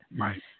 Right